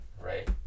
right